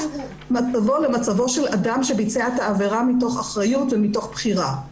מצבו למצבו של אדם שביצע את העבירה מתוך אחריות ומתוך בחירה.